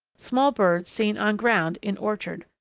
small bird seen on ground in orchard.